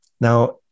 Now